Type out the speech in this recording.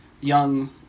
young